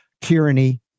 tyranny